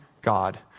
God